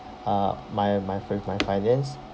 uh my my fi~ my finance